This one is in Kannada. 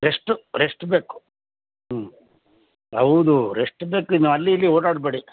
ರೆಸ್ಟು ರೆಸ್ಟ್ ಬೇಕು ಹ್ಞೂ ಹೌದು ರೆಸ್ಟ್ ಬೇಕು ಇನ್ನು ಅಲ್ಲಿ ಇಲ್ಲಿ ಓಡಾಡಬೇಡಿ